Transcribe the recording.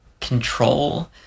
control